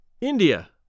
India